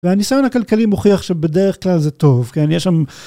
והניסיון הכלכלי מוכיח שבדרך כלל זה טוב כי אני עכשיו.